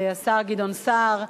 השר גדעון סער,